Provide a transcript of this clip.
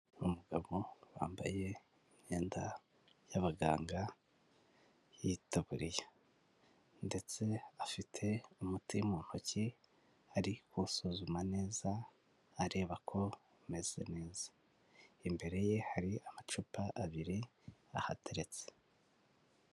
Umugabo wambaye imyenda y'abaganga y'itaburiya ndetse afite umuti mu ntoki ari guwusuzuma neza areba ko umeze neza, imbere ye hari amacupa abiri ahateretse.